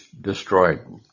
destroyed